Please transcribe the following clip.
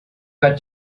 got